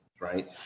right